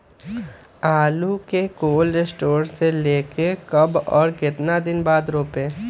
आलु को cold store से ले के कब और कितना दिन बाद रोपे?